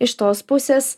iš tos pusės